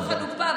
לא חנופה,